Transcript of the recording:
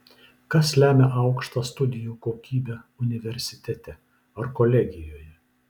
kas lemia aukštą studijų kokybę universitete ar kolegijoje